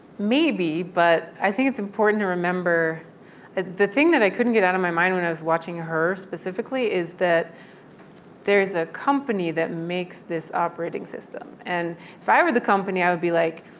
maybe. but i think it's important to remember the thing that i couldn't get out of my mind when i was watching her specifically is that there is a company that makes this operating system. and if i were the company, i would be like